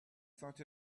thought